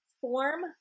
form